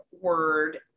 word